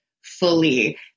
fully